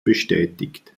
bestätigt